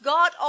God